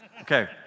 Okay